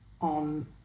on